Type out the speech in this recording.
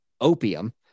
opium